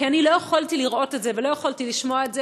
כי אני לא יכולתי לראות את זה ולא יכולתי לשמוע את זה,